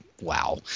wow